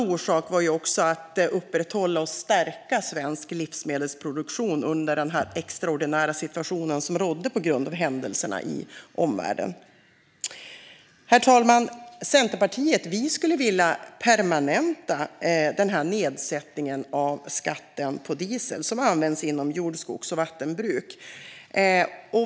Syftet var att upprätthålla och stärka svensk livsmedelsproduktion under den extraordinära situation som rådde på grund av händelserna i omvärlden. Herr talman! Vi i Centerpartiet skulle vilja permanenta den här nedsättningen av skatten på diesel som används inom jord, skogs och vattenbruk.